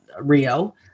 Rio